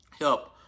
help